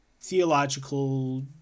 theological